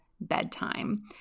bedtime